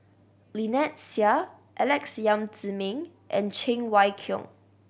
Lynnette Seah Alex Yam Ziming and Cheng Wai Keung